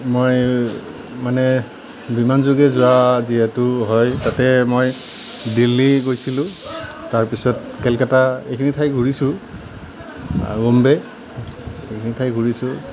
মই মানে বিমানযোগে যোৱা যিহেতু হয় তাতে মই দিল্লী গৈছিলোঁ তাৰ পিছত কলিকাতা এইখিনি ঠাই ঘূৰিছোঁ বোম্বে এইখিনি ঠাই ঘূৰিছোঁ